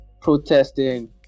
protesting